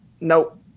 nope